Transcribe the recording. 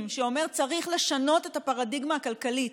שאומר שצריך לשנות את הפרדיגמה הכלכלית.